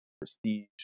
prestige